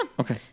Okay